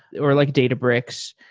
or like databricks.